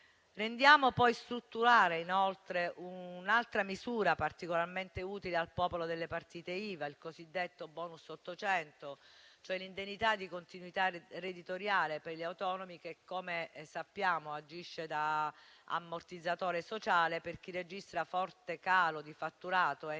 Rendiamo poi strutturale un'altra misura particolarmente utile al popolo delle partite IVA, il cosiddetto bonus 800, cioè l'indennità di continuità reddituale per gli autonomi, che, come sappiamo, agisce da ammortizzatore sociale per chi registra un forte calo di fatturato, entro